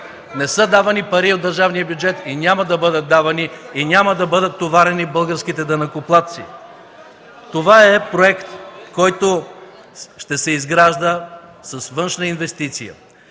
Не са давани пари от държавния бюджет, няма да бъдат давани и няма да бъдат товарени българските данъкоплатци. Това е проект, който ще се изгражда с външна инвестиция.